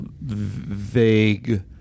Vague